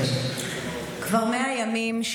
כבר 100 ימים,